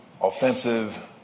offensive